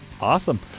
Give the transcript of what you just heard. Awesome